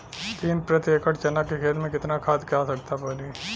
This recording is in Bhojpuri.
तीन प्रति एकड़ चना के खेत मे कितना खाद क आवश्यकता पड़ी?